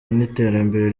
n’iterambere